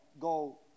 go